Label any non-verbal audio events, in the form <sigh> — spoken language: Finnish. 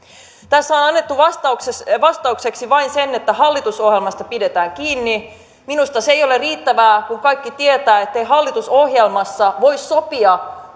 tässä on on annettu vastaukseksi vastaukseksi vain se että hallitusohjelmasta pidetään kiinni minusta se ei ole riittävää kun kaikki tietävät ettei hallitusohjelmassa voi sopia <unintelligible>